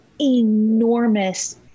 enormous